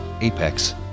Apex